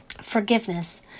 Forgiveness